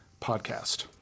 podcast